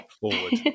forward